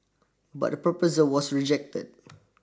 but the proposal was rejected